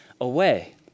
away